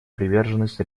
приверженность